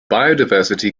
biodiversity